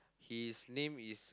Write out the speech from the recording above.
his name is